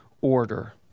order